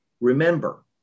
Remember